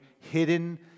hidden